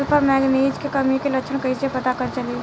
फसल पर मैगनीज के कमी के लक्षण कईसे पता चली?